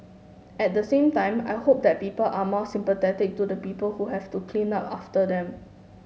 at the same time I hope that people are more sympathetic to the people who have to clean up after them